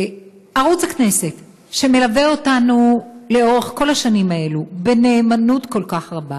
ערוץ הכנסת שמלווה אותנו לאורך כל השנים האלו בנאמנות כל כך רבה